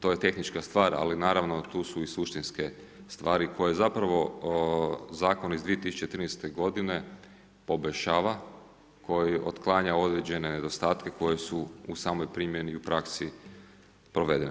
To je tehnička stvar ali naravno tu su i suštinske stvari koje zapravo zakon iz 2013. godine poboljšava, koji otklanja određene nedostatke koji su u samoj primjeni i praksi provedeni.